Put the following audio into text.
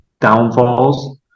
downfalls